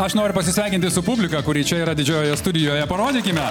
aš noriu pasisveikinti su publika kuri čia yra didžiojoje studijoje parodykime